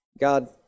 God